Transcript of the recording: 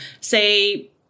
say